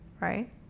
right